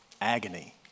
Agony